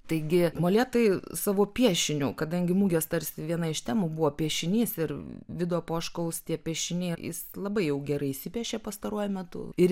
taigi molėtai savo piešiniu kadangi mugės tarsi viena iš temų buvo piešinys ir vido poškaus tie piešiniai jis labai jau gerai įsipiešė pastaruoju metu ir